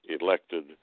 elected